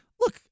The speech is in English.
look